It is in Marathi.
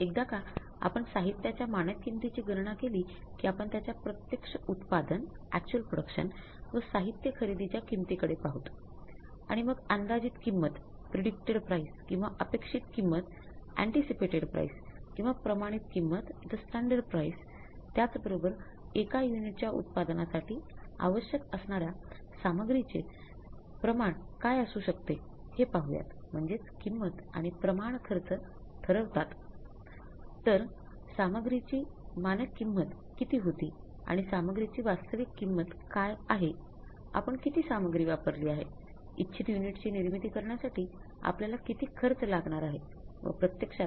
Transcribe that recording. एकदा का आपण साहित्याच्या मानक किंमतीची त्याचबरोबर एका UNIT च्या उत्पादनासाठी आवश्यक असणाऱ्या सामुग्रीचे प्रमाण काय असू शकते हे पाहुयात म्हणजेच किंमत आणि प्रमाण खर्च ठरवतात